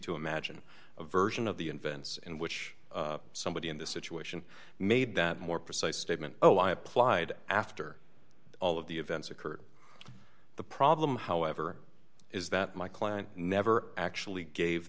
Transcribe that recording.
to imagine a version of the invents in which somebody in this situation made that more precise statement oh i applied after all of the events occurred the problem however is that my client never actually gave